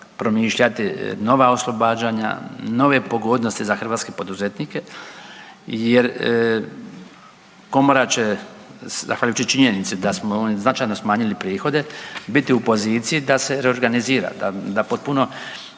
promišljati nova oslobađanja, nove pogodnosti za hrvatske poduzetnike jer komora će zahvaljujući činjenici da smo značajno smanjili prihode biti u poziciji da se reorganizira, da potpuno